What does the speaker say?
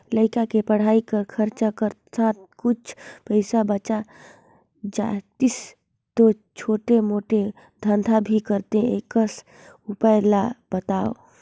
लइका के पढ़ाई कर खरचा कर साथ कुछ पईसा बाच जातिस तो छोटे मोटे धंधा भी करते एकस उपाय ला बताव?